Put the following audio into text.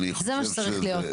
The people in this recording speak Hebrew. זה מה שצריך להיות.